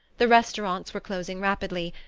the restaurants were closing rapidly,